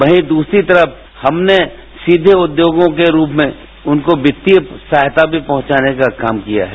वहीं दूसरी तरफ हमने सीधे उद्योगों के रूप में उनको क्तिय सहायता भी पहुंचाने का काम किया है